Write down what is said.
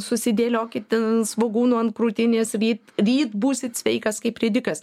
susidėliokit ten svogūnų ant krūtinės ryt ryt būsit sveikas kaip ridikas